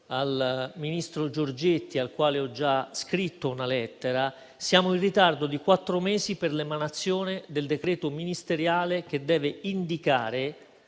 al ministro Giorgetti, al quale ho già scritto una lettera. Siamo in ritardo di quattro mesi per l'emanazione del decreto ministeriale che deve indicare